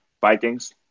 Vikings